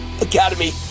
Academy